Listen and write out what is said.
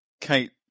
Kate